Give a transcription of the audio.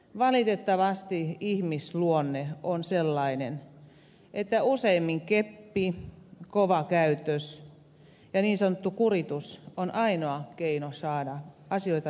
valitettavasti ihmisluonne on sellainen että useimmin keppi kovat toimet ja niin sanottu kuritus on ainoa keino saada asioita läpi